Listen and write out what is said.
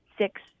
six